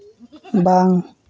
ᱵᱟᱝ